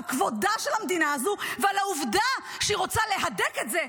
על כבודה של המדינה הזאת ועל העובדה שהיא רוצה להדק את זה,